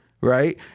right